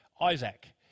Isaac